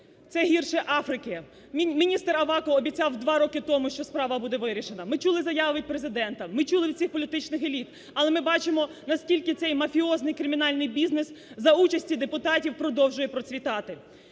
Це гірше Африки. Міністр Аваков обіцяв два роки тому, що справа буде вирішена. Ми чули заяви від Президента, ми чули від всіх політичних еліт, але ми бачимо, наскільки цей мафіозний кримінальний бізнес за участі депутатів продовжує процвітати.